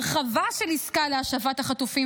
הרחבה של עסקה להשבת החטופים